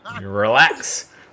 relax